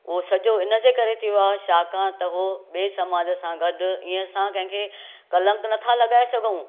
उहो सॼो इन जे करे थियो आहे छाकाणि त उहो ॿिए समाज सां गॾु ईअं असां कंहिंखें कलंक नथा लॻाए सघूं